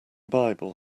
bible